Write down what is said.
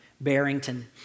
Barrington